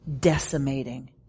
decimating